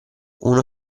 uno